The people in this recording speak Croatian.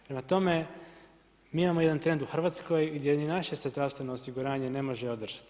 Prema tome, mi imamo jedan trend u Hrvatskoj, gdje ni naše se zdravstveno osiguranje ne može održati.